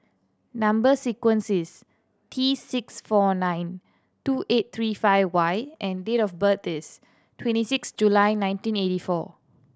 number sequence is T six four nine two eight three five Y and date of birth is twenty six July nineteen eighty four